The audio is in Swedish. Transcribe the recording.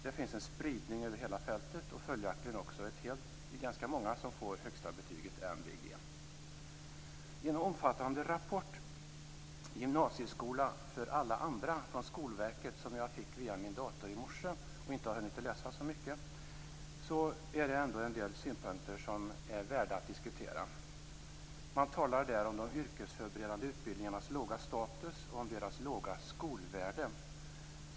Det finns en spridning över hela fältet, och följaktligen är det ganska många som får högsta betyget I en omfattande rapport, Gymnasieskola för alla andra, från Skolverket - som jag fick via min dator i morse, men inte har hunnit läsa så mycket av - finns en del synpunkter som är värda att diskutera. Man talar där om de yrkesförberedande utbildningarnas låga status och deras låga skolvärde.